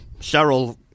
Cheryl